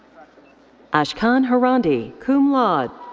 ashkan harandi, cum laude.